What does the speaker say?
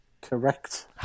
Correct